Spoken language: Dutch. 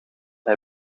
hij